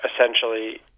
essentially